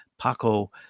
Paco